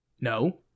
No